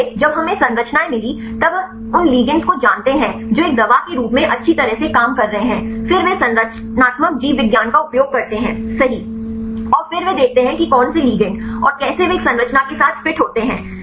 इसलिए जब हमें संरचनाएं मिलीं तब हम उन लिगेंड को जानते हैं जो एक दवा के रूप में अच्छी तरह से काम कर रहे हैं फिर वे संरचनात्मक जीव विज्ञान का उपयोग करते हैं सही और फिर वे देखते हैं कि कौन से लिगेंड और कैसे वे एक संरचना के साथ फिट होते हैं